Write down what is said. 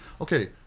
okay